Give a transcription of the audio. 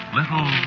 Little